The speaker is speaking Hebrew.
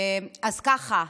אז ככה,